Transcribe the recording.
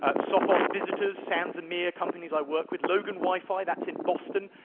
ah sophos visitors, sansemea, companies i work with. loganwifi, that's in boston.